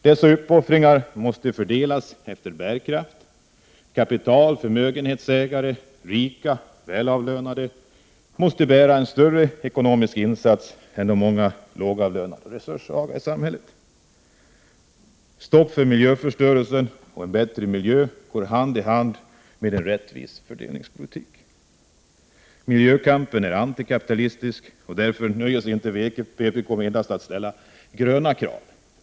Dessa uppoffringar måste fördelas efter bärkraft. Kapital, förmögenhetsägare, rika och välavlönade måste göra en större ekonomisk insats än de många lågavlönade och resurssvaga i samhället. Stopp för miljöförstörelsen och en bättre miljö går hand i hand med en rättvis fördelningspolitik. Miljökampen är antikapitalistisk, och därför nöjer sig inte vpk med att endast ställa gröna krav.